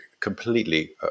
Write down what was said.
completely